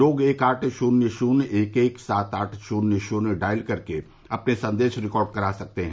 लोग एक आठ शून्य शून्य एक एक सात आठ शून्य शून्य डायल कर अपने संदेश रिकार्ड करा सकते हैं